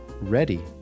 ready